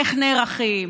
איך נערכים,